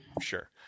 Sure